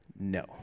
no